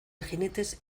jinetes